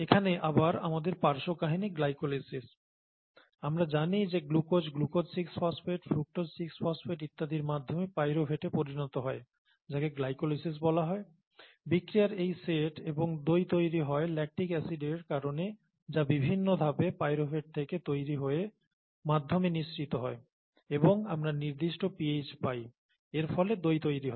এখানে আবার আমাদের পার্শ্ব কাহিনী গ্লাইকোলিসিস আমরা জানি যে glucose glucose 6 phosphate fructose 6 phosphate ইত্যাদির মাধ্যমে পাইরুভেটে পরিণত হয় যাকে গ্লাইকোলিসিস বলা হয় বিক্রিয়ার এই সেট এবং দই তৈরি হয় ল্যাকটিক এসিডের কারণে যা বিভিন্ন ধাপে পাইরুভেট থেকে তৈরি হয়ে মাধ্যমে নিঃসৃত হয় এবং আমরা নির্দিষ্ট pH পাই এর ফলে দই তৈরি হয়